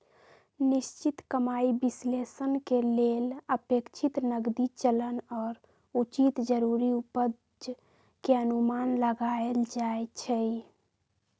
निश्चित कमाइ विश्लेषण के लेल अपेक्षित नकदी चलन आऽ उचित जरूरी उपज के अनुमान लगाएल जाइ छइ